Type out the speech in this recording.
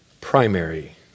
primary